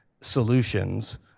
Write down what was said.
solutions